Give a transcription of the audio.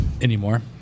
anymore